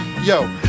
Yo